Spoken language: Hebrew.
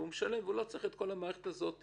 והם לא צריכים את כל המערכת הזאת וכו',